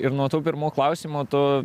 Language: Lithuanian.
ir nuo tų pirmų klausimų tu